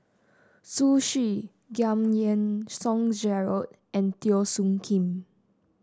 Zhu Xu Giam Yean Song Gerald and Teo Soon Kim